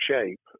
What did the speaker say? shape